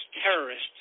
terrorists